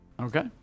Okay